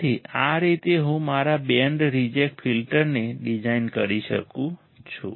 તેથી આ રીતે હું મારા બેન્ડ રિજેક્ટ ફિલ્ટરને ડિઝાઇન કરી શકું છું